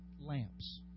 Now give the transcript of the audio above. lamps